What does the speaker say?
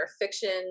fiction